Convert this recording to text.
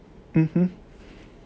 mmhmm